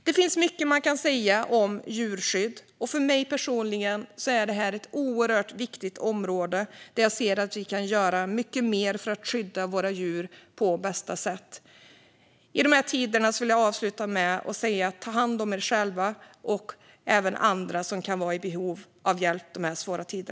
Det finns mycket man kan säga om djurskydd, och för mig personligen är detta är ett oerhört viktigt område där jag ser att vi kan göra mycket mer för att skydda våra djur på bästa sätt. I dessa tider vill jag avsluta med att säga: Ta hand om er själva och även andra som kan ha behov av hjälp i dessa svåra tider!